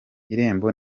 irembo